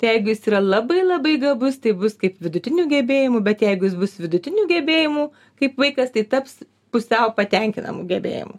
tai jeigu jis yra labai labai gabus tai bus kaip vidutinių gebėjimų bet jeigu jis bus vidutinių gebėjimų kaip vaikas tai taps pusiau patenkinamų gebėjimų